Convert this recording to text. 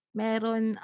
meron